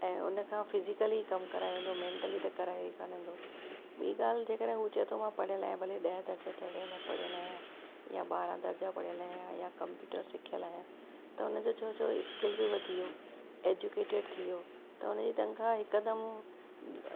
ऐं उन खां फिज़िकली कमु करायो वेंदो मैंटली त करायो ई कोन वेंदो ॿी ॻाल्हि जेकॾहिं उहो चए थो मां पढ़ियलु आहियां भले ॾह दर्जे चढियलु पढ़ियलु आहियां या ॿारहं दर्जा पढ़ियलु आहियां या कंप्यूटर सिखियलु आहियां त उन जो छोजो स्किल बि वधी वियो एजुकेटेड थी वियो त उन जी तंखा हिकदमु